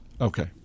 Okay